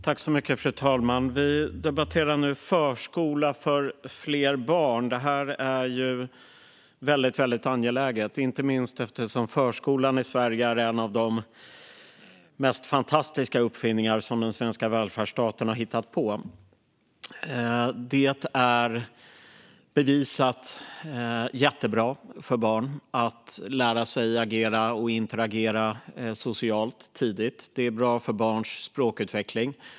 Fru talman! Vi debatterar nu förskola för fler barn. Detta är väldigt angeläget, inte minst eftersom förskolan i Sverige är en av de mest fantastiska uppfinningar som den svenska välfärdsstaten har hittat på. Det är bevisat jättebra för barn att tidigt lära sig agera och interagera socialt. Det är bra för barns språkutveckling.